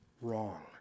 wrong